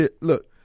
Look